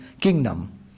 kingdom